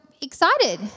excited